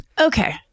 Okay